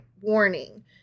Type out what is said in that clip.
warning